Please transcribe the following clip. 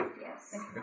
yes